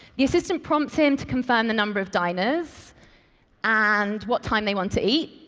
the assistant prompts him to confirm the number of diners and what time they want to eat.